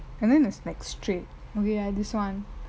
and then it's like straight okay ya this one